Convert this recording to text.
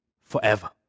forever